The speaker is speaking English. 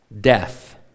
Death